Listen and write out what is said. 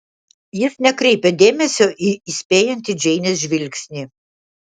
jis nekreipia dėmesio į įspėjantį džeinės žvilgsnį